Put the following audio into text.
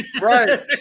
right